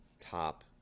top